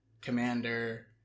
Commander